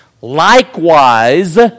Likewise